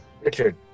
Richard